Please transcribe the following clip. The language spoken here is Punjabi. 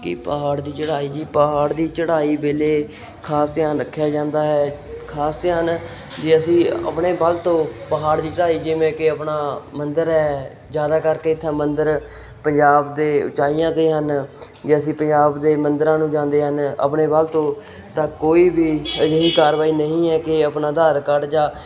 ਕੀ ਪਹਾੜ ਦੀ ਚੜ੍ਹਾਈ ਜੀ ਪਹਾੜ ਦੀ ਚੜ੍ਹਾਈ ਵੇਲੇ ਖ਼ਾਸ ਧਿਆਨ ਰੱਖਿਆ ਜਾਂਦਾ ਹੈ ਖ਼ਾਸ ਧਿਆਨ ਜੇ ਅਸੀਂ ਆਪਣੇ ਵੱਲ ਤੋਂ ਪਹਾੜ ਦੀ ਚੜ੍ਹਾਈ ਜਿਵੇਂ ਕਿ ਆਪਣਾ ਮੰਦਰ ਹੈ ਜ਼ਿਆਦਾ ਕਰਕੇ ਇੱਥੇ ਮੰਦਿਰ ਪੰਜਾਬ ਦੇ ਉਚਾਈਆਂ 'ਤੇ ਹਨ ਜੇ ਅਸੀਂ ਪੰਜਾਬ ਦੇ ਮੰਦਰਾਂ ਨੂੰ ਜਾਂਦੇ ਹਨ ਆਪਣੇ ਵੱਲ ਤੋਂ ਤਾਂ ਕੋਈ ਵੀ ਅਜਿਹੀ ਕਾਰਵਾਈ ਨਹੀਂ ਹੈ ਕਿ ਆਪਣਾ ਆਧਾਰ ਕਾਰਡ ਜਾਂ